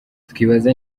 twibaza